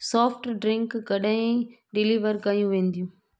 soft drink कॾहिं deliver कयूं वेंदियूं